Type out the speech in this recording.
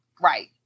right